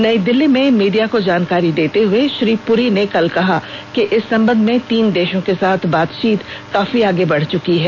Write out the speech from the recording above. नई दिल्ली में मीडिया को जानकारी देते हुए श्री पुरी ने कल कहा कि इस संबंध में तीन देशों के साथ बातचीत काफी आगे बढ़ चुकी है